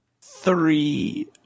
Three